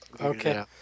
Okay